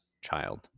child